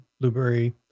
Blueberry